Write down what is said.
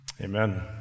Amen